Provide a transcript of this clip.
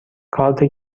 کارت